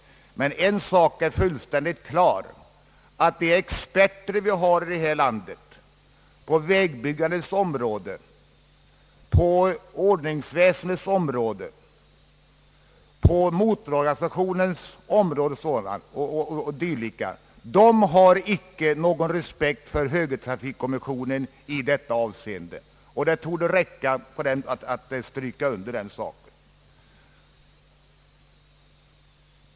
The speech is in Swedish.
Men en sak är fullständigt klar, nämligen att de experter vi har här i landet på vägbyggandets område, på ordningsväsendets område, på motororganisationernas område o. d. icke har någon respekt för högertrafikkommissionen i detta avseende — det torde räcka med att understryka den saken.